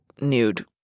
nude